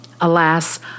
Alas